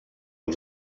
els